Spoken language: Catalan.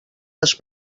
les